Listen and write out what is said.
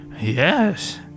Yes